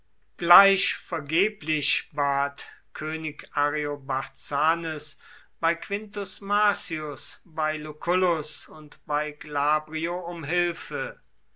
gleich vergeblich bat könig ariobarzanes bei quintus marcius bei lucullus und bei glabrio um hilfe